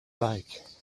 like